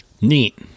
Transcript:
neat